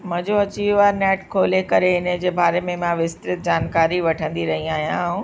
मज़ो अची वयो आहे नैट खोले करे इन जे बारे में मां विस्तृत जानकारी वठंदी रहंदी आहियां ऐं